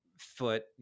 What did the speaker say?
foot